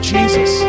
Jesus